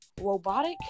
robotic